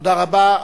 תודה רבה.